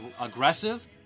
aggressive